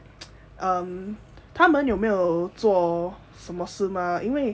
um 他们有没有做什么事吗因为